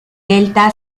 delta